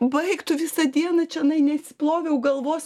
baig tu visą dieną čionai neišsiploviau galvos